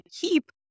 keep